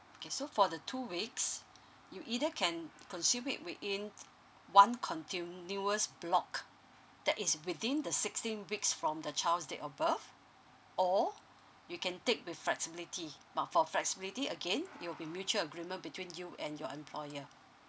okay so for the two weeks you either can consume it within one continuous block that is within the sixteen weeks from the child's date of birth or you can take with flexibility but for flexibility again it will be mutual agreement between you and your employer